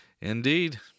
indeed